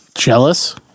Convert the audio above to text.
Jealous